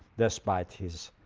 despite his